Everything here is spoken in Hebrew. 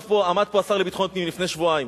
עמד פה השר לביטחון פנים לפני שבועיים.